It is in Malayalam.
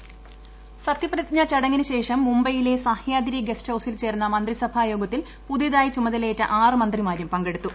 വോയ്സ് സത്യപ്രതിജ്ഞാ ചടങ്ങിനു് ശേഷം മുംബൈയിലെ സഹ്യാദ്രി ഗസ്റ്റ് ഹൌസിൽ ചേർന്ന മന്ത്രിസഭാ യോഗത്തിൽ പുതിയതായി ചുമതലയേറ്റ ആറ് മന്ത്രിമാരും പങ്കെടുത്തു